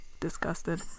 disgusted